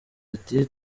ati